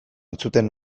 entzuten